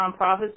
nonprofits